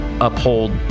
uphold